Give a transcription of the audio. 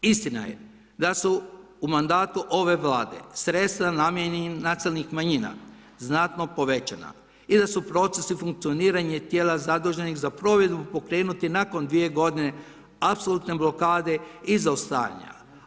Istina je da su u mandatu ove Vlade sredstva namijenjena nacionalnim manjinama znatno povećana i da su procesi funkcioniranja tijela zaduženih za provedbu pokrenuti nakon dvije godine apsolutne blokade i zaostajanja.